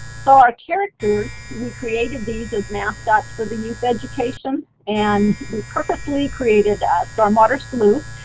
so our characters we created these as mascots for the youth education, and we purposely created a stormwater sleuth,